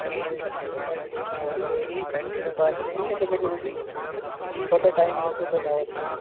کہیٖنٛۍ چھُنہٕ اَتھ چھِ کَرٕنۍ کٲم اَگر تۄہہِ کَنٹِنیو باسیٚو نا یتھٕے پٲٹھۍ اُلٹی کوتاہ ٹَایِم ووتوٕ تۄہہِ دَوا کھیٚوان